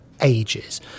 ages